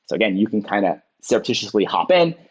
so again, you can kind of surreptitiously hop in,